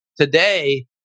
today